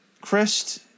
Christ